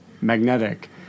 magnetic